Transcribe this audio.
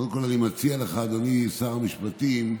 קודם כול, אני מציע לך, אדוני שר המשפטים,